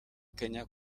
kenya